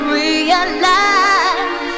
realize